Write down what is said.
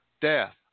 death